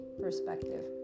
perspective